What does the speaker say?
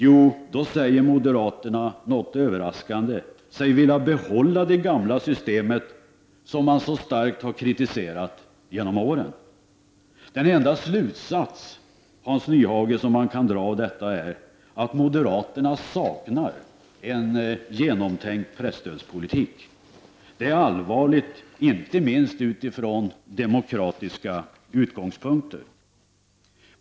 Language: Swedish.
Jo, då säger sig moderaterna, något överraskande, vilja behålla det gamla systemet som man så starkt har kritiserat genom åren. Den enda slutsats, Hans Nyhage, som man kan dra av detta är att moderaterna saknar en genomtänkt presstödspolitik. Det är allvarligt inte minst utifrån demokratiska utgångspunkter.